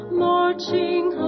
marching